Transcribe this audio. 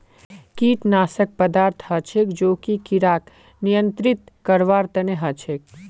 कीटनाशक पदार्थ हछेक जो कि किड़ाक नियंत्रित करवार तना हछेक